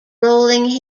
rolling